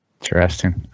Interesting